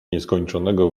nieskończonego